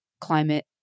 climate